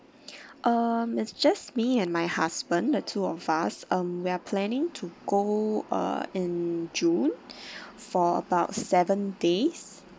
um it's just me and my husband the two of us um we're planning to go uh in june for about seven days